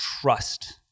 trust